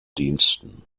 diensten